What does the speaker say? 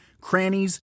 crannies